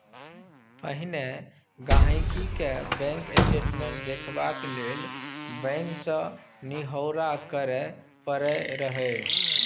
पहिने गांहिकी केँ बैंक स्टेटमेंट देखबाक लेल बैंक सँ निहौरा करय परय रहय